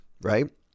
right